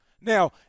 Now